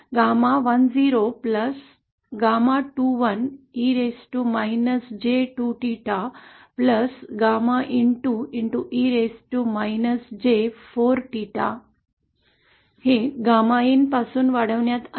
आपल्याला GAMA10 GAMA21e raised to J2Theta GAMAin2e raised to J4Theta हे GAMAin पासून वाढवण्यात आले